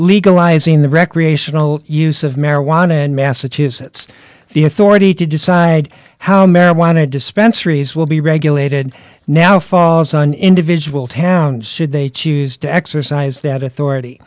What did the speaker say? legalizing the recreational use of marijuana and massachusetts the authority to decide how marijuana dispensary will be regulated now falls on individual towns should they choose to exercise that authority